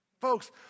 Folks